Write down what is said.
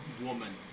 woman